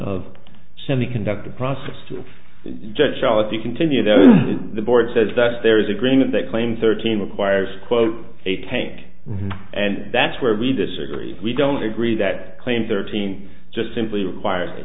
of semiconductor process to judge charlotte to continue the board says that there is agreement that claim thirteen requires quote a tank and that's where we disagree we don't agree that claim thirteen just simply requires a